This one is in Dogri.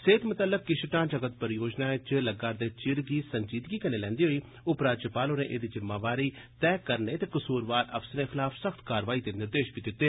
सेह्त मतल्लक किश ढांचागत परियोजनाएं च लग्गा'रदे चिर गी संजीदगी कन्नै लैंदे होई उपराज्यपाल होरें एह्दी जिम्मेदारी तैय करने ते कसूरवार अफसरें खलाफ सख्त कार्रवाई दे निर्देश बी दित्ते